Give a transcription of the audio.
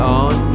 on